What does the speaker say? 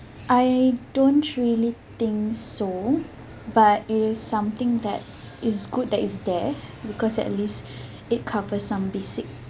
I don't really think so but it is something that is good that is there because at least it cover some basic